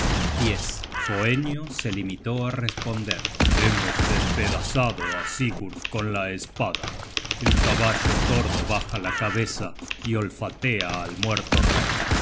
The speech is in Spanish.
at hoenio se limitó á responder hemos despedazado á sigurd con la espada el caballo tordo baja la cabeza y olfatea al muerto rey